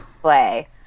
play